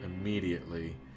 immediately